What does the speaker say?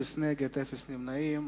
אפס נגד, אפס נמנעים.